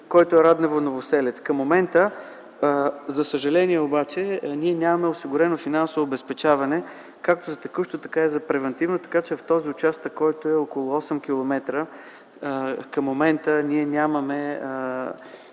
което е Раднево-Новоселец. За съжаление обаче, към момента ние нямаме осигурено финансово обезпечаване – както текущо, така и превантивно, така че в този участък, който е около 8 км, към момента ние нямаме